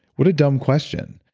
what a dumb question.